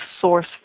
source